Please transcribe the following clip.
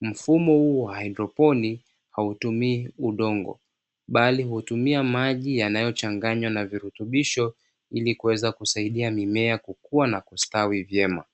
Mfumo huu wa haidroponi hautumii udongo, bali hutumia maji yanayochanganywa na virutubisho ili kuweza kusaidia mimea kukua na kustawi vyema.